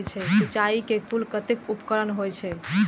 सिंचाई के कुल कतेक उपकरण होई छै?